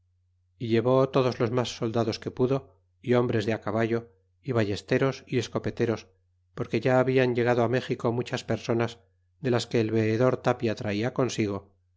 y llevó todos los mas soldados que pudo y hombres de á caballo y ballesteros y escopeteros porque ya hablan llegado méxico muchas personas de las que el veedor tapia traia consigo